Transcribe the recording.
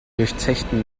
durchzechten